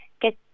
get